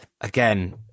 again